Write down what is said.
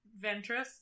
Ventress